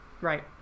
Right